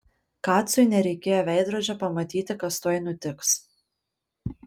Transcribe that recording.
kacui nereikėjo veidrodžio pamatyti kas tuoj nutiks